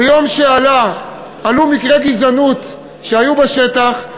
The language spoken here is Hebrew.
ביום שעלו מקרי גזענות שהיו בשטח,